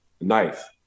knife